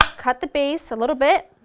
cut the base a little bit,